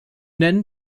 denn